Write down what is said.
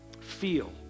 feel